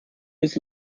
bis